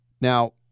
Now